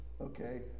okay